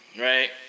right